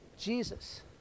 Jesus